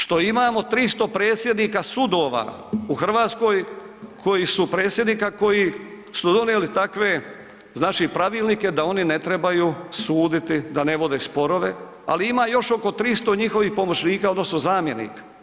Što imamo 300 predsjednika sudova u Hrvatskoj koji su, predsjednika, koji su donijeli takve znači pravilnike da oni ne trebaju suditi, da ne vode sporove, ali ima još oko 300 njihovih pomoćnika odnosno zamjenika.